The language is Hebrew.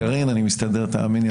קארין, אני מסתדר, תאמיני.